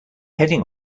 heading